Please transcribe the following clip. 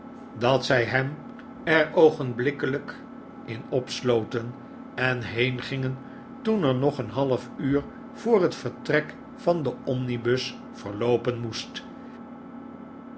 dat zij er hem oogenblikkelyk in opsloten en heengingen toen er nog een half uur voor het vertrek van den omnibus verloopen moest